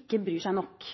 ikke bryr seg nok.